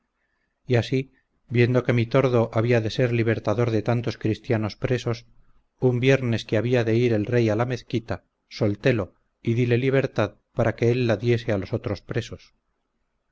y así viendo que mi tordo había de ser libertador de tantos cristianos presos un viernes que había de ir el rey a la mezquita soltelo y dile libertad para que él la diese a los otros presos